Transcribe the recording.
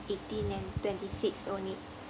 eighteen and twenty six only